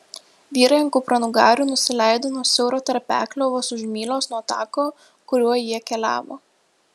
vyrai ant kupranugarių nusileido nuo siauro tarpeklio vos už mylios nuo tako kuriuo jie keliavo